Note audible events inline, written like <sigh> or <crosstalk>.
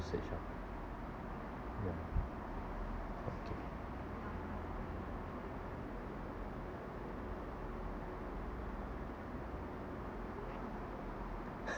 usage ah ya okay <laughs>